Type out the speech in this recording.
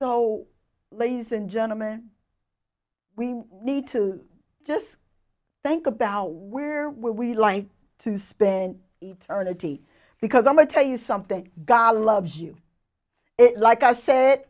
so ladies and gentlemen we need to just think about where we live to spend eternity because i'm a tell you something god loves you it like i sa